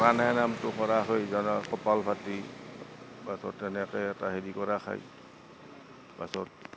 প্ৰণায়ামটো কৰা হয় জ কপাল ভাটি পাছত তেনেকৈ এটা হেৰি কৰা খায় পাছত